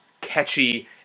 catchy